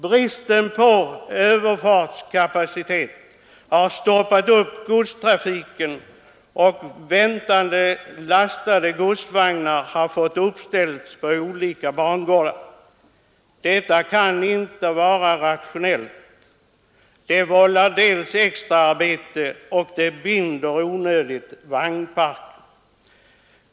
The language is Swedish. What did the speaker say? Bristen på överfartskapacitet har stoppat upp godstrafiken, och väntande lastade godsvagnar har fått uppställas på olika bangårdar. Detta kan inte vara rationellt. Det vållar extraarbete och binder onödigt vagnparken.